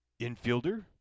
infielder